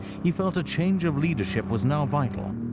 he felt a change of leadership was now vital,